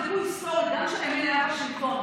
זה לא משנה מי היה בשלטון,